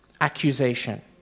accusation